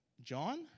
John